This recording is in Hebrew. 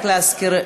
רק להזכיר,